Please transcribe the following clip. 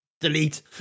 delete